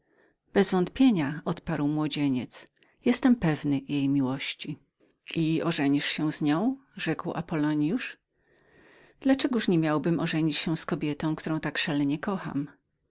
cię kocha bezwątpienia odparł młodzieniec jestem pewny jej miłości i ożenisz się z nią rzekł apollonius dla czegoż nie miałbym ożenić się z kobietą którą tak szalenie kocham